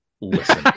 listen